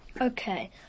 Okay